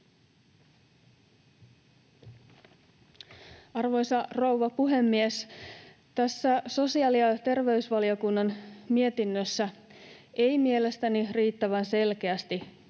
Arvoisa rouva puhemies! Tässä sosiaali- ja terveysvaliokunnan mietinnössä ei mielestäni riittävän selkeästi